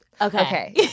Okay